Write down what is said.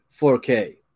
4K